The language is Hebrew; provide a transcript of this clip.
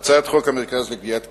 חוק המרכז לגביית קנסות,